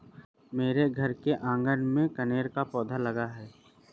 मेरे घर के आँगन में कनेर का पौधा लगा हुआ है